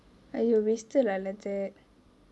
!aiyo! wasted lah like that